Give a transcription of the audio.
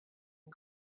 and